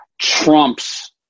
trumps